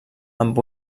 amb